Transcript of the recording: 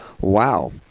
Wow